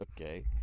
Okay